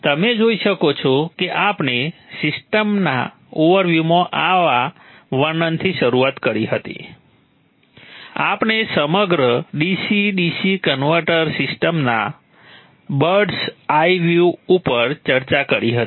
તમે જોઈ શકો છો કે આપણે સિસ્ટમના ઓવરવ્યુંમાં આવા વર્ણનથી શરૂઆત કરી હતી આપણે સમગ્ર DC DC કન્વર્ટર સિસ્ટમના બર્ડ્સ આઈ વ્યુ ઉપર ચર્ચા કરી હતી